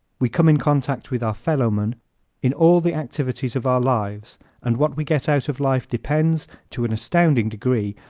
we come in contact with our fellowman in all the activities of our lives and what we get out of life depends, to an astounding degree,